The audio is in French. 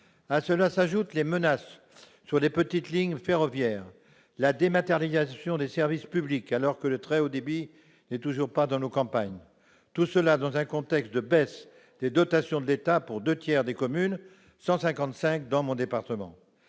À cela s'ajoutent les menaces sur les petites lignes ferroviaires, ainsi que la dématérialisation des services publics, alors que le très haut débit n'est toujours pas dans nos campagnes. Tout cela intervient dans un contexte de baisse des dotations de l'État pour deux tiers des communes, soit 155 communes dans mon département.